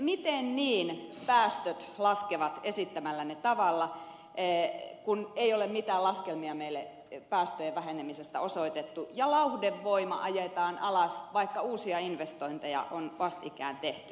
miten niin päästöt laskevat esittämällänne tavalla kun ei ole mitään laskelmia meille päästöjen vähenemisestä osoitettu ja lauhdevoima ajetaan alas vaikka uusia investointeja on vastikään tehty